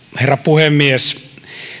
herra puhemies